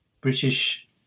British